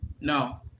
No